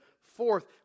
forth